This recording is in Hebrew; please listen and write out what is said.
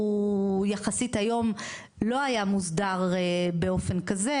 יחסית היום לא היה מוסדר באופן כזה,